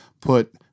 Put